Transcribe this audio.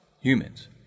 humans